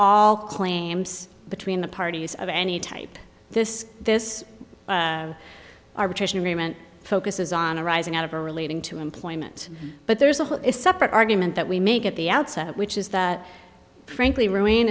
all claims between the parties of any type this this arbitration agreement focuses on arising out of her relating to employment but there's a whole is separate argument that we make at the outset which is that frankly rulin